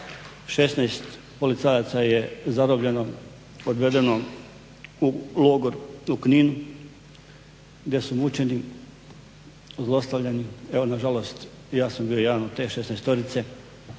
16 policajaca je zarobljeno, odvedeno u logor u Knin, gdje su mučeni, zlostavljani, evo nažalost i ja sam bio jedan od te šesnaestorice.